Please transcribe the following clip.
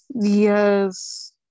yes